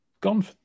gone